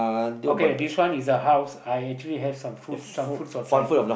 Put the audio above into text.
okay this one is the house I actually have some fruits some fruits outside